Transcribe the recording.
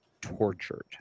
tortured